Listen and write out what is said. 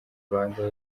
rwanda